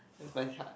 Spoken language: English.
where's my heart